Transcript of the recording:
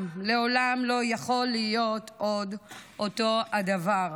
לעולם לא יכול עוד להיות אותו הדבר.